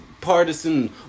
Partisan